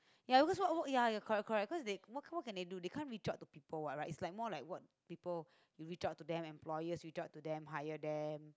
ya because wh~ what you're correct correct cause they what what can they do they can't reach out to people what right it's more like what people you reach out to them employers reach out to them hire them